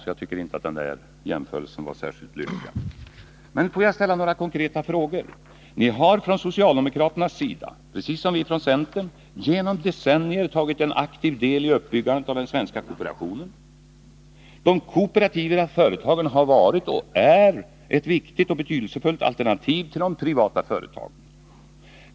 Jag tycker alltså inte att exemplet var särskilt lyckat. Låt mig ställa några konkreta frågor. Ni har från socialdemokraternas sida, precis som vi från centern, genom decennier tagit en aktiv deli uppbyggandet av den svenska kooperationen. De kooperativa företagen har varit och är ett viktigt och betydelsefullt alternativ till de privata företagen.